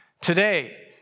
Today